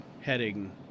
heading